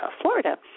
Florida